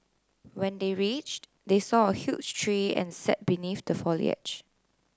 when they reached they saw a huge tree and sat beneath the foliage